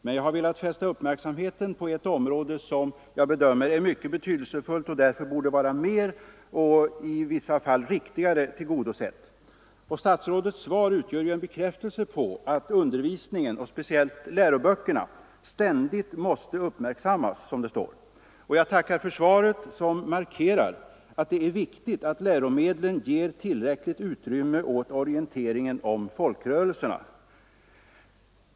Men jag har velat fästa uppmärksamheten på ett område som jag bedömer vara mycket betydelsefullt och som därför borde vara mer och i vissa fall riktigare tillgodosett. Statsrådets svar utgör ju en bekräftelse på att undervisningen, speciellt läroböckerna, ständigt måste uppmärksammas. Jag tackar för svaret, som markerar att det är viktigt att läromedlen ger tillräckligt utrymme åt orienteringen om folkrörelserna.